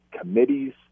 Committee's